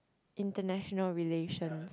international relations